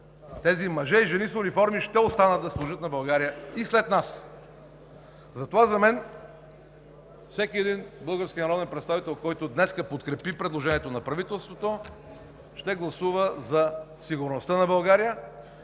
тези мъже и жени с униформи, ще останат да служат на България и след нас. Затова за мен всеки един български народен представител, който днес подкрепи предложението на правителството, ще гласува за сигурността на България